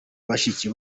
bashiki